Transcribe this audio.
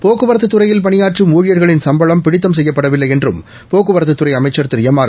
போக்குவரத்து துறையில் பணியாற்றும் ஊழியர்களின் சும்பளம் பிடித்தம் செய்யப்படவில்லை என்றும் போக்குவரத்துத்துறை அமைச்சா் திரு எம்ஆர்